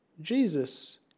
Jesus